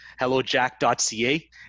hellojack.ca